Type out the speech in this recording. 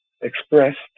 expressed